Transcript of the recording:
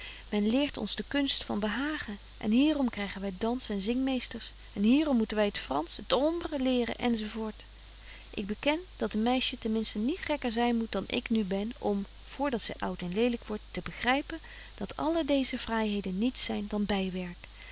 men leert ons de kunst van behagen en hierom krygen wy dans en zingmeesters en hierom moeten wy t fransch t ombre leren enz ik beken dat een meisje ten minsten niet gekker zyn moet dan ik nu ben om voor dat zy oud en lelyk wordt te begrypen dat alle deeze fraaiheden niets zyn dan bywerk